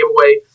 giveaway